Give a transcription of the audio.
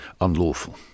unlawful